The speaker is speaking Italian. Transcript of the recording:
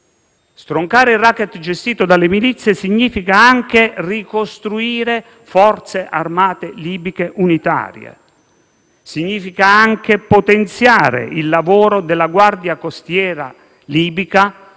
Stroncare il *racket* gestito dalle milizie significa anche ricostruire forze armate libiche unitarie; significa anche potenziare il lavoro della Guardia costiera libica,